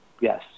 Yes